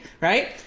right